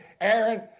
Aaron